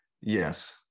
Yes